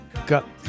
got